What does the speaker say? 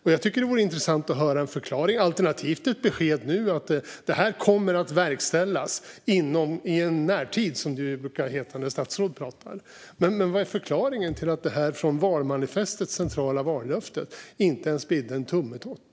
Jag tycker att det vore intressant att höra en förklaring, alternativt ett besked nu om att detta kommer att verkställas i närtid, som det brukar heta när statsråd pratar. Vad är förklaringen till att detta i valmanifestet centrala vallöfte inte ens bidde en tummetott?